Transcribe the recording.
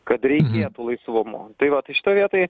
kad reikėtų laisvumo tai va tai šitoj vietoj